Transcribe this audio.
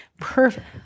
perfect